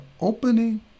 opening